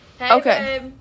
Okay